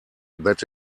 that